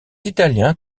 italiens